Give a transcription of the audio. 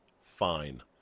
fine